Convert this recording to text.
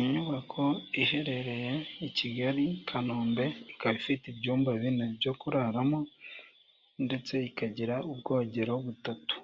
Inyubako iherereye i Kigali Kanombe ikaba ifite ibyumba bine byo kuraramo ndetse ikagira ubwogero butatu